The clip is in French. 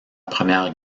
première